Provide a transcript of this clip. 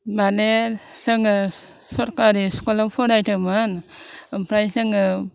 माने जोङो सरखारि स्कुलाव फरायदोंमोन आमफाय जोङो